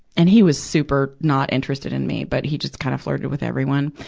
and he was super not interested in me, but he just kind of flirted with everyone.